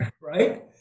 right